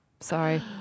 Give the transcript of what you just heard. Sorry